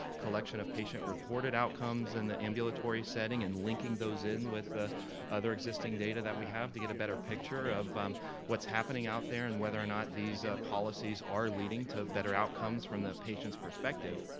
collection of patient reported outcomes in the ambulatory setting, and linking those in with other existing data that we have to get a better picture of what's happening out there and whether or not these policies are leading to better outcomes from the patient's perspective.